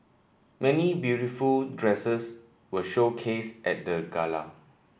many beautiful dresses were showcased at the gala